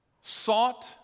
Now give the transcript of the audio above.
sought